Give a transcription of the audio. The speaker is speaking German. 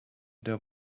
der